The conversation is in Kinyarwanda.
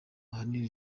ahanini